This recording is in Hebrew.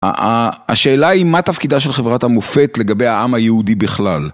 השאלה היא, מה תפקידה של חברת המופת לגבי העם היהודי בכלל?